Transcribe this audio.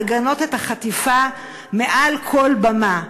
אבו מאזן יכול לגנות את החטיפה מעל כל במה.